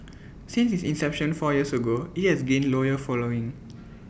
since its inception four years ago IT has gained loyal following